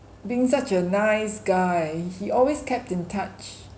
being such a nice guy he always kept in touch